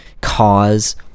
cause